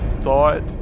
thought